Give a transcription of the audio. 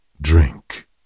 Drink